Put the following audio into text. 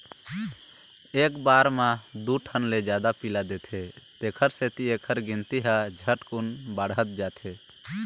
एक बार म दू ठन ले जादा पिला देथे तेखर सेती एखर गिनती ह झटकुन बाढ़त जाथे